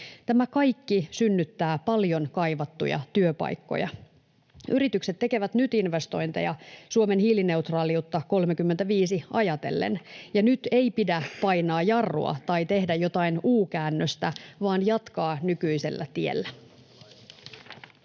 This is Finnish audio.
Tämä kaikki synnyttää paljon kaivattuja työpaikkoja. Yritykset tekevät nyt investointeja Suomen hiilineutraaliutta vuonna 35 ajatellen, ja nyt ei pidä painaa jarrua tai tehdä jotain U‑käännöstä, vaan jatkaa nykyisellä tiellä.